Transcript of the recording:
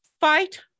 fight